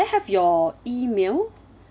have your email